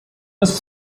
was